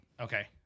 Okay